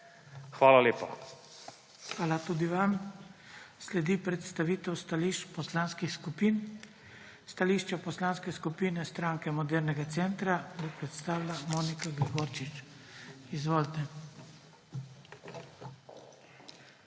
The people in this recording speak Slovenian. SIMONOVIČ: Hvala tudi vam. Sledi predstavitev stališče poslanskih skupin. Stališče Poslanske skupine Stranke Modernega centra bo predstavila Monika Gregorčič. Izvolite.